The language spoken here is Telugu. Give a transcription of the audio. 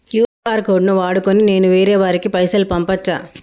క్యూ.ఆర్ కోడ్ ను వాడుకొని నేను వేరే వారికి పైసలు పంపచ్చా?